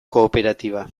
kooperatiba